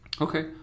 Okay